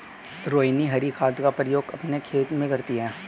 रोहिनी हरी खाद का प्रयोग अपने खेत में करती है